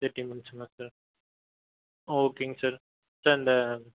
thirty மந்துஸ்ங்களா sir ஓகேங்க sir sir இந்த